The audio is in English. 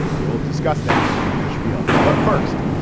we will discuss that on the schpiel. but first,